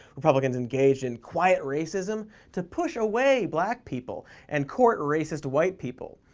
republicans engaged in quiet racism to push away black people and court racist white people.